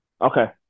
Okay